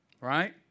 Right